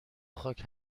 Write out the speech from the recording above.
خاک